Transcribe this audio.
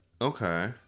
Okay